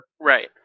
Right